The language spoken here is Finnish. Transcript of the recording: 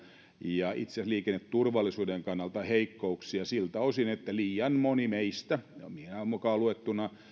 ja itse asiassa liikenneturvallisuuden kannalta heikkouksia siltä osin että liian moni meistä minä mukaan luettuna